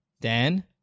Dan